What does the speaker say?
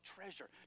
treasure